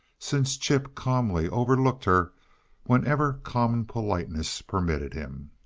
since chip calmly over-looked her whenever common politeness permitted him.